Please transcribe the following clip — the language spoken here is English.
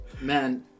Man